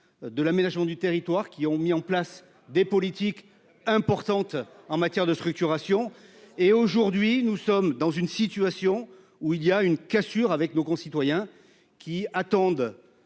de l'aménagement du territoire qui ont mis en place des politiques importantes en matière de structuration et aujourd'hui nous sommes dans une situation où il y a une cassure avec nos concitoyens qui attendent.